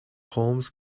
holmes